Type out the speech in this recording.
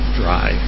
dry